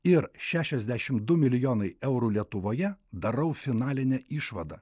ir šešiasdešimt du milijonai eurų lietuvoje darau finalinę išvadą